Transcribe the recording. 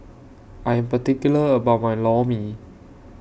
I'm particular about My Lor Mee